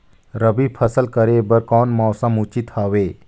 रबी फसल करे बर कोन मौसम उचित हवे?